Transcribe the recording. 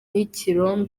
bacukura